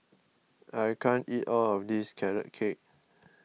I can't eat all of this Carrot Cake